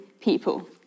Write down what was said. people